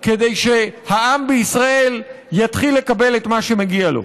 להתחיל לעשות שינוי כדי שהעם בישראל יתחיל לקבל את מה שמגיע לו.